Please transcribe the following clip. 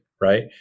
right